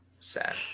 Sad